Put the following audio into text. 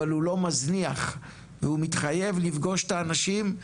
אבל הוא לא מזניח והוא מתחייב לפגוש את האנשים,